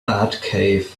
batcave